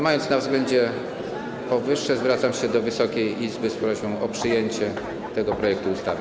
Mając na względzie powyższe, zwracam się do Wysokiej Izby z prośbą o przyjęcie tego projektu ustawy.